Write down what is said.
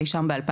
אי שם ב-2008,